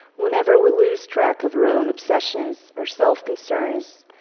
whenever we lose track of our own obsessions, our self-concerns,